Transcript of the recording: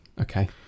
okay